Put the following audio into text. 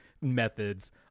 methods